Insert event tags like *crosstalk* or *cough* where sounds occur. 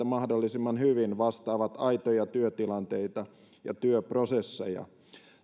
*unintelligible* mahdollisimman hyvin vastaavat aitoja työtilanteita ja työprosesseja